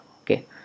okay